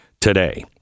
today